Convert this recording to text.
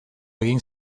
egin